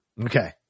Okay